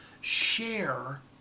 share